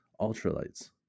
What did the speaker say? ultralights